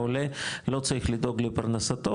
עולה לא צריך לדאוג לפרנסתו,